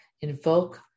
Invoke